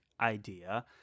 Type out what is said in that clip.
idea